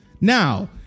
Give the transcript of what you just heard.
Now